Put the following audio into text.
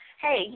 Hey